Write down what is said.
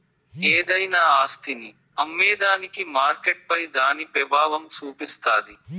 ఏదైనా ఆస్తిని అమ్మేదానికి మార్కెట్పై దాని పెబావం సూపిస్తాది